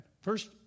First